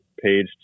page